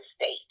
state